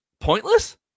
pointless